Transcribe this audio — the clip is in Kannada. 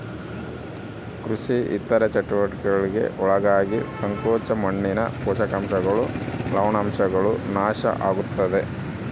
ಕೃಷಿ ಇತರ ಚಟುವಟಿಕೆಗುಳ್ಗೆ ಒಳಗಾಗಿ ಸಂಕೋಚ ಮಣ್ಣಿನ ಪೋಷಕಾಂಶಗಳು ಲವಣಾಂಶಗಳು ನಾಶ ಆಗುತ್ತವೆ